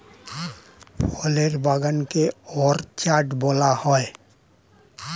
ফলের বাগান কে অর্চার্ড বলা হয়